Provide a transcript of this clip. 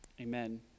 Amen